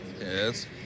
Yes